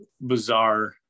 bizarre